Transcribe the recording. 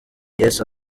yesu